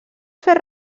fer